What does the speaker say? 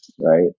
right